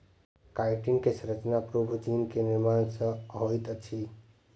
chitin के संरचना प्रोभूजिन के निर्माण सॅ होइत अछि